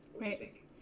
right